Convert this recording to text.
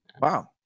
Wow